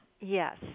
Yes